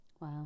Wow